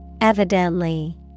evidently